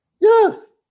Yes